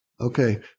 Okay